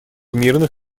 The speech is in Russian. мирных